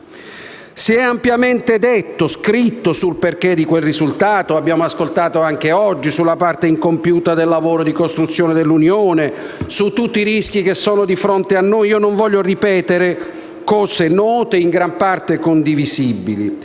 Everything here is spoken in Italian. Si è ampiamente detto e scritto sulle ragioni di quel risultato; anche oggi abbiamo sentito parlare della parte incompiuta del lavoro di costruzione dell'Unione, di tutti i rischi che sono di fronte a noi. Non voglio ripetere cose note e in gran parte condivisibili